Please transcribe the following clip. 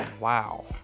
Wow